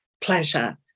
pleasure